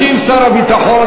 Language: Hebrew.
ישיב שר הביטחון,